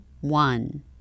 one